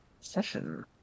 session